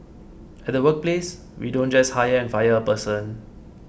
at the workplace we don't just hire and fire a person